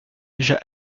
déjà